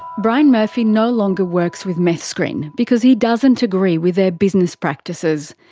brian murphy no longer works with meth screen, because he doesn't agree with their business practices.